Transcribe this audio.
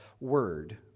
word